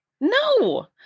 no